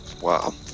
Wow